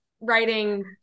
writing